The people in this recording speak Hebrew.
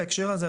בהקשר הזה,